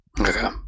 Okay